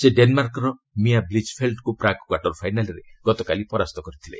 ସେ ଡେନ୍ମାର୍କର ମିଆ ବ୍ଲିଚ୍ଫେଲ୍ଟ୍ଙ୍କୁ ପ୍ରାକ୍ କ୍ୱାର୍ଟର୍ ଫାଇନାଲ୍ରେ ଗତକାଲି ପରାସ୍ତ କରିଥିଲେ